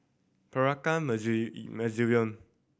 Peranakan Museum